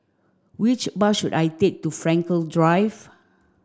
which bus should I take to Frankel Drive